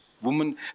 woman